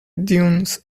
dunes